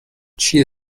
چیه